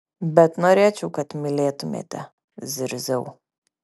bet norėčiau kad mylėtumėte zirziau